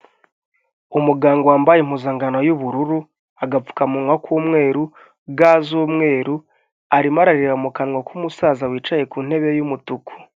Umuganga wambaye impuzankano y'ubururu, agapfukamunwa k'umweru, ga z'umweru, arimo arareba mu kanwa k'umusaza wicaye ku ntebe y'umutuku.